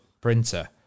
printer